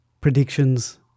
predictions